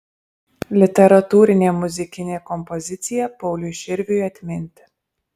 literatūrinė muzikinė kompozicija pauliui širviui atminti